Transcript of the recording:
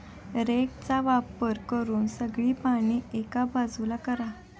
रेकचा वापर करून सगळी पाने एका बाजूला करा